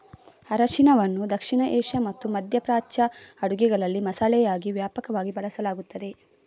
ಅರಿಶಿನವನ್ನು ದಕ್ಷಿಣ ಏಷ್ಯಾ ಮತ್ತು ಮಧ್ಯ ಪ್ರಾಚ್ಯ ಅಡುಗೆಗಳಲ್ಲಿ ಮಸಾಲೆಯಾಗಿ ವ್ಯಾಪಕವಾಗಿ ಬಳಸಲಾಗುತ್ತದೆ